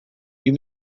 you